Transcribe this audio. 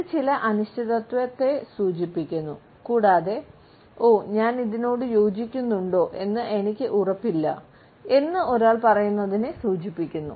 ഇത് ചില അനിശ്ചിതത്വത്തെ സൂചിപ്പിക്കുന്നു കൂടാതെ ഓ ഞാൻ ഇതിനോട് യോജിക്കുന്നുണ്ടോ എന്ന് എനിക്ക് ഉറപ്പില്ല എന്ന് ഒരാൾ പറയുന്നതിനെ സൂചിപ്പിക്കുന്നു